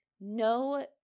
no